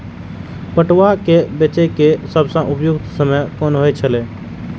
पटुआ केय बेचय केय सबसं उपयुक्त समय कोन होय छल?